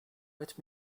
let